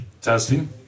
testing